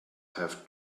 have